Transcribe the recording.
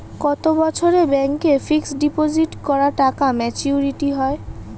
কত বছরে ব্যাংক এ ফিক্সড ডিপোজিট করা টাকা মেচুউরিটি হয়?